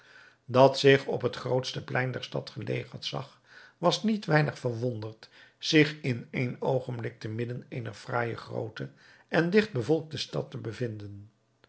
dat zich op het grootste plein der stad gelegerd zag was niet weinig verwonderd zich in één oogenblik te midden eener fraaie groote en digt bevolkte stad te bevinden